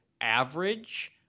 average